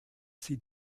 sie